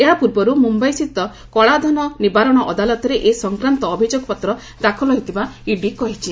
ଏହା ପୂର୍ବରୁ ମୁମ୍ବାଇ ସ୍ଥିତ କଳାଧନ ନିବାରଣ ଅଦାଲତରେ ଏ ସଂକ୍ରାନ୍ତ ଅଭିଯୋଗପତ୍ର ଦାଖଲ ହୋଇଥିବା ଇଡି କହିଛି